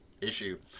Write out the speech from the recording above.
issue